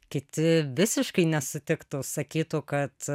kiti visiškai nesutiktų sakytų kad